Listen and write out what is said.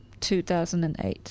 2008